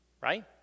Right